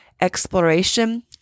exploration